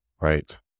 Right